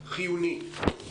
חיוני.